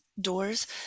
doors